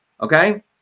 okay